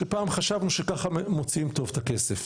פעם חשבנו שככה מוציאים את הכסף טוב.